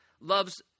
loves